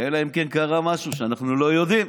אלא אם כן קרה משהו שאנחנו לא יודעים.